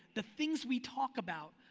the things we talk about,